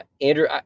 Andrew